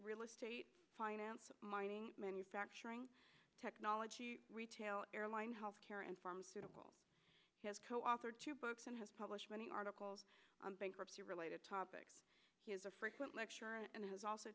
real estate finance mining manufacturing technology retail airline healthcare and pharmaceutical has coauthored two books and has published many articles on bankruptcy related topics he is a frequent lecturer and has also